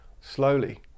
slowly